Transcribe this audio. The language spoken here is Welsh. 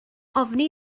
ofni